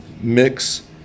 mix